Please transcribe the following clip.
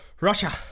Russia